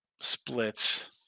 splits